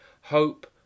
hope